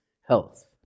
health